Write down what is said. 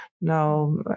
Now